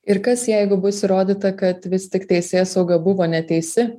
ir kas jeigu bus įrodyta kad vis tik teisėsauga buvo neteisi